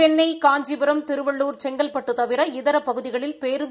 சென்னை காஞ்சிபுரம் திருவள்ளூர் செங்கல்பட்டு தவிர இதர பகுதிகளில் பேருந்து